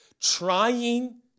Trying